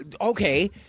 okay